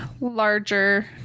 larger